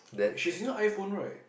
she's using iPhone right